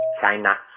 China